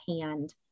hand